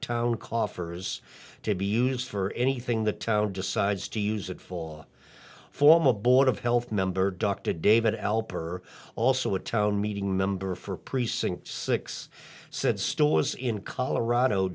town coffers to be used for anything the town decides to use it for form a board of health member dr david alper also a town meeting member for precinct six said stores in colorado